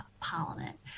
parliament